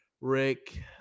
Rick